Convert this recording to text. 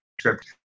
script